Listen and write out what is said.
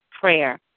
prayer